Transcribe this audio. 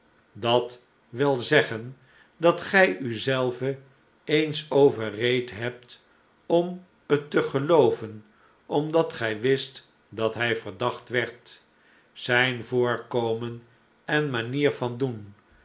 at wil zeggen dat gij u zelve eens overreed hebt om het te gelooven omdat gij wist dat hij verdacht werd zijn voorkomen en manier van doen